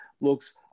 looks